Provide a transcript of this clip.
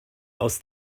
aus